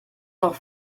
noch